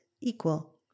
Equal